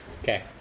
Okay